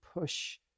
push